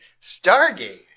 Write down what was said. Stargate